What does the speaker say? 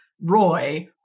Roy